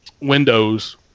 Windows